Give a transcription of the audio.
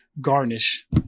garnish